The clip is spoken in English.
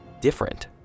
different